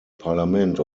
parlament